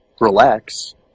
relax